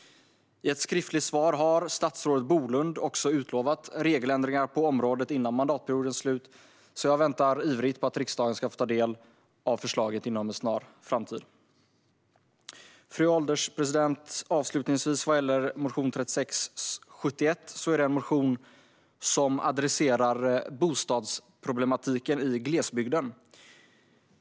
I ett skriftligt svar har statsrådet Bolund också utlovat regeländringar på området före mandatperiodens slut. Jag väntar därför ivrigt på att riksdagen ska få ta del av förslaget inom en snar framtid. Fru ålderspresident! Motion 3671 adresserar bostadsproblematiken i glesbygden.